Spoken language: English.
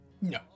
No